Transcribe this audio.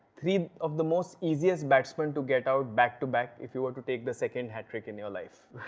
three of the most-easiest batsmen to get out back to back. if you to take the second hat-trick in your life.